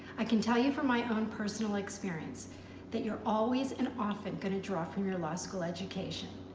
i can tell you from my own personal experience that you're always and often going to draw from your law school education.